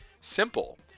simple